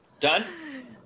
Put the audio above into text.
Done